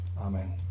amen